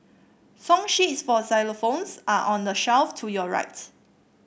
song sheets for xylophones are on the shelf to your right